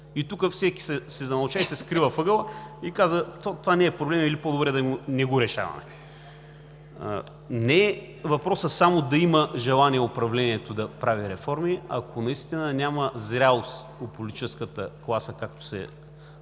И тук всеки си замълча, скри се в ъгъла и каза: „То това не е проблем или по-добре да не го решаваме.“ Не е въпросът само да има желание управлението да прави реформи, ако наистина няма зрялост от политическата класа, както